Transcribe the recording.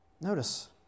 Notice